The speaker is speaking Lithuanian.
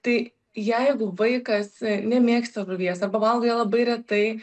tai jeigu vaikas nemėgsta žuvies arba valgo ją labai retai